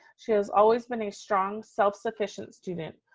she has always been a strong, self sufficient student.